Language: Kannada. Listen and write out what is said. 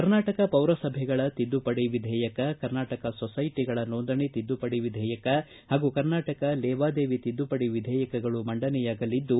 ಕರ್ನಾಟಕ ಪೌರಸಭೆಗಳ ತಿದ್ದುಪಡಿ ವಿಧೇಯಕ ಕರ್ನಾಟಕ ಸೊಸ್ಟಟಗಳ ಸೋಂದಣಿ ತಿದ್ದುಪಡಿ ವಿಧೇಯಕ ಹಾಗೂ ಕರ್ನಾಟಕ ಲೇವಾದೇವಿ ತಿದ್ದುಪಡಿ ವಿಧೇಯಕಗಳು ಮಂಡನೆಯಾಗಲಿದ್ದು